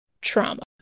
trauma